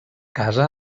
casa